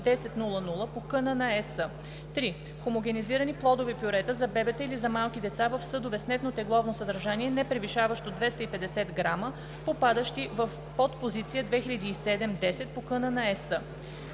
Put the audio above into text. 10 00 по КН на ЕС. 3. Хомогенизирани плодови пюрета за бебета или за малки деца в съдове с нетно тегловно съдържание, непревишаващо 250 г, попадащи в подпозиция 2007 10 по КН на ЕС.